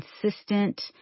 consistent